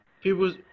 people